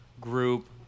group